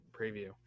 preview